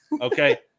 okay